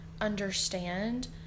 understand